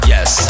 Yes